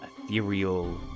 ethereal